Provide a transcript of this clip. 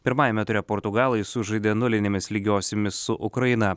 pirmajame ture portugalai sužaidė nulinėmis lygiosiomis su ukraina